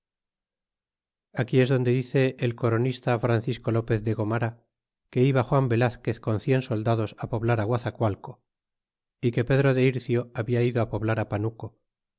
aquí es donde dice el coronista francisco lopez de gomara que iba juan velazquez con cien soldados á poblar guazacualco é que pedro de ircio habia ido á poblar panuco